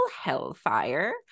hellfire